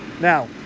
Now